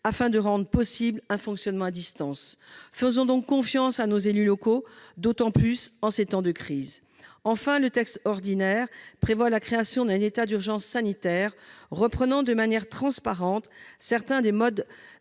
afin de rendre possible un fonctionnement à distance. Faisons encore plus confiance à nos élus locaux en ces temps de crise. Enfin, le projet de loi ordinaire prévoit la création d'un état d'urgence sanitaire, reprenant de manière transparente certains des modes